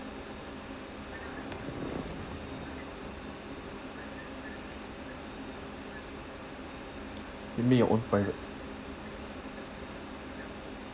you mean your own private